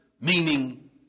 meaning